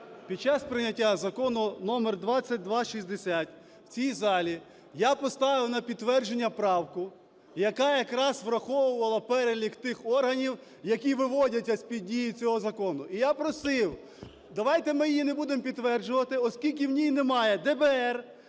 Під час прийняття Закону № 2260 в цій залі я поставив на підтвердження правку, яка якраз враховувала перелік тих органів, які виводяться з-під дії цього закону. І я просив: давайте ми її не будемо підтверджувати, оскільки в ній немає ДБР,